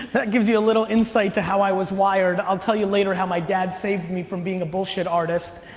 that gives you a little insight to how i was wired. i'll tell you later how my dad saved me from being a bullshit artist.